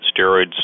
steroids